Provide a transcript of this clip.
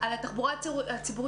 לגבי התחבורה הציבורית.